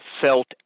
felt